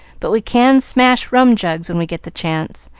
but we can smash rum-jugs when we get the chance,